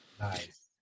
Nice